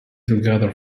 together